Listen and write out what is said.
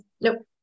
nope